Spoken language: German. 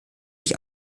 sich